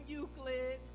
Euclid